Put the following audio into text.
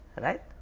Right